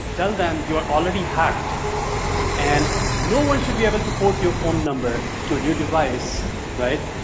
tell them you're already hacked and no one should be able to port your phone number to a new device right?